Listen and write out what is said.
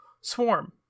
Swarm